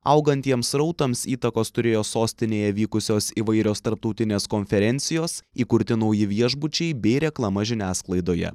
augantiems srautams įtakos turėjo sostinėje vykusios įvairios tarptautinės konferencijos įkurti nauji viešbučiai bei reklama žiniasklaidoje